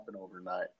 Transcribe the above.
overnight